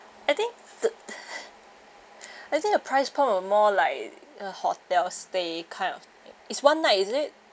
I think the I think the price point are more like a hotel stay kind of is one night is it